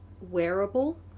wearable